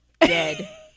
dead